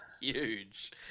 Huge